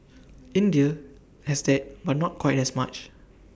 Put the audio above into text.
India has that but not quite as much